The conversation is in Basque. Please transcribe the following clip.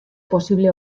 posible